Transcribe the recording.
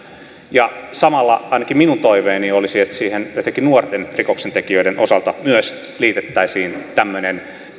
samalla ainakin minun toiveeni olisi että siihen etenkin nuorten rikoksentekijöiden osalta myös liitettäisiin tämmöinen